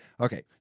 okay